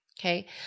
Okay